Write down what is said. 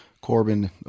Corbin